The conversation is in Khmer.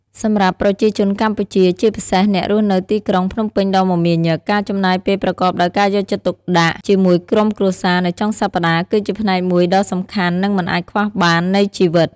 សម្រាប់ប្រជាជនកម្ពុជា ជាពិសេសអ្នករស់នៅទីក្រុងភ្នំពេញដ៏មមាញឹក ការចំណាយពេលប្រកបដោយការយកចិត្តទុកដាក់ជាមួយក្រុមគ្រួសារនៅចុងសប្តាហ៍គឺជាផ្នែកមួយដ៏សំខាន់និងមិនអាចខ្វះបាននៃជីវិត។